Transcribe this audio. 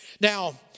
Now